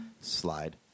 slide